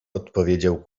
odpowiedział